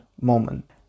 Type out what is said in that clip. moment